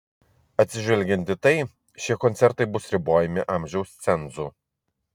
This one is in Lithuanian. atsižvelgiant į tai šie koncertai bus ribojami amžiaus cenzu